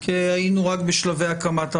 כי היינו רק בשלבי הקמת המערכת.